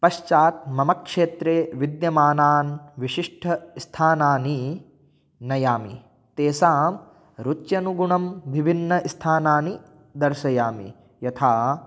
पश्चात् मम क्षेत्रे विद्यमानान् विशिष्टस्थानानि नयामि तेषां रुच्यनुगुणं विभिन्नस्थानानि दर्शयामि यथा